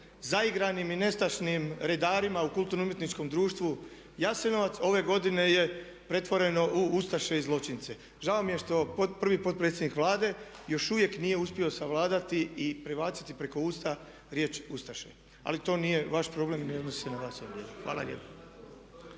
zaigranim i nestašnim redarima u kulturno umjetničkom društvu Jasenovac ove godine je pretvoreno u ustaše i zločince. Žao mi je što prvi potpredsjednik Vlade još uvijek nije uspio savladati i prebaciti preko usta riječ ustaše. Ali to nije vaš problem i ne odnosi se na vas ovdje. Hvala lijepo.